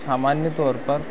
सामान्य तो